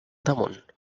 damunt